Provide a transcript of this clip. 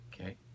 Okay